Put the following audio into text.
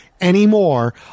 Anymore